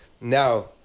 Now